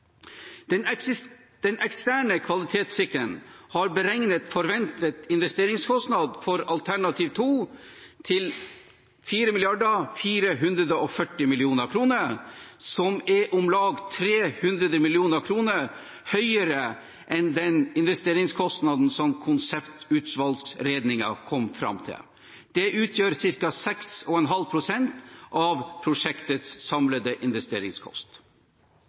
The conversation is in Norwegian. Den eksterne kvalitetssikreren har beregnet forventet investeringskostnad for alternativ 2 til 4,440 mrd. kr, som er om lag 300 mill. kr høyere enn den investeringskostnaden som konseptvalgutredningen kom fram til. Det utgjør ca. 6,5 pst. av prosjektets samlede